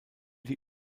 die